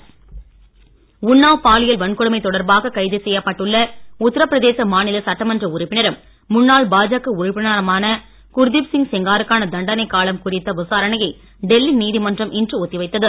செங்கார் உன்னாவ் பாலியல் வன்கொடுமை தொடர்பாக கைது செய்யப்பட்டுள்ள உத்தரபிரதேச மாநில சட்டமன்ற உறுப்பினரும் முன்னாள் பாஜக உறுப்பினருமான குர்தீப்சிங் செங்காருக்கான தண்டனை காலம் குறித்த விசாரணையை டெல்லி நீதிமன்றம் இன்று ஒத்தி வைத்தது